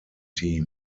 team